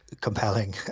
compelling